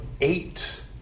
eight